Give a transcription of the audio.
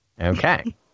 okay